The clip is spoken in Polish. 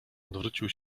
odwrócił